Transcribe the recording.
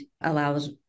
allows